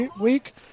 week